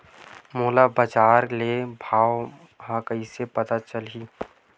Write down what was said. मोला बजार के भाव ह कइसे पता चलही?